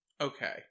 Okay